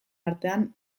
artean